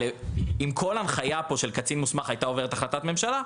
אם כל הנחיה של קצין מוסמך פה הייתה עוברת החלטת ממשלה,